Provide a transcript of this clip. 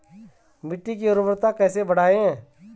मिट्टी की उर्वरकता कैसे बढ़ायें?